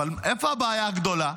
איפה הבעיה הגדולה?